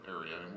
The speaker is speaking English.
area